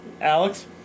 Alex